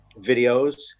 videos